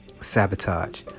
sabotage